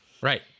Right